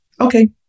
Okay